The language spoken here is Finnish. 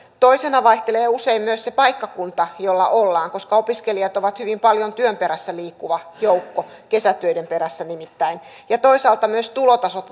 toisena vaihtelee usein myös se paikkakunta jolla ollaan koska opiskelijat ovat hyvin paljon työn perässä liikkuva joukko kesätöiden perässä nimittäin ja toisaalta myös tulotasot